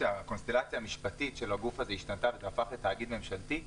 והקונסטלציה המשפטית של הגוף הזה השתנתה וזה הפך לתאגיד ממשלתי,